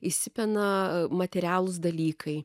įsipina materialūs dalykai